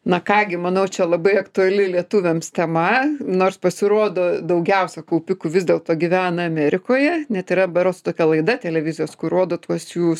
na ką gi manau čia labai aktuali lietuviams tema nors pasirodo daugiausia kaupikų vis dėlto gyvena amerikoje net yra berods tokia laida televizijos kur rodo tuos jų